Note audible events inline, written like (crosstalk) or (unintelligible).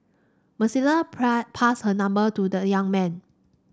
Melissa (unintelligible) passed her number to the young man